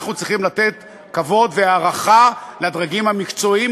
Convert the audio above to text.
אנחנו צריכים לתת כבוד והערכה לדרגים המקצועיים,